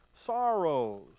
sorrows